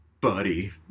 buddy